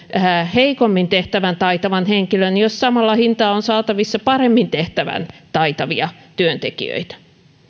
heikommin tehtävän taitavan henkilön jos samalla hintaa on saatavissa paremmin tehtävän taitavia työntekijöitä